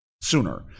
sooner